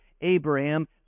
Abraham